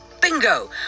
Bingo